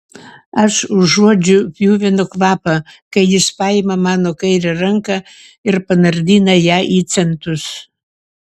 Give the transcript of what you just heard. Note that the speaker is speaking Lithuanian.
aš užuodžiu pjuvenų kvapą kai jis paima mano kairę ranką ir panardina ją į centus